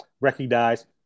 recognize